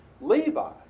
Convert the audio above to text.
Levi